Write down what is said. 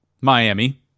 Miami